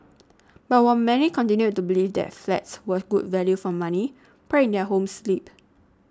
but while many continued to believe that flats were good value for money pride in their homes slipped